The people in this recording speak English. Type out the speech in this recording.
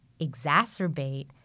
exacerbate